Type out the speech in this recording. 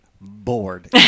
bored